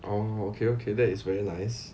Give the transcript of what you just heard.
oh okay okay that is very nice